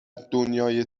دنیای